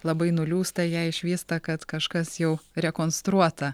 labai nuliūsta jei išvysta kad kažkas jau rekonstruota